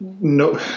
no